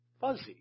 fuzzy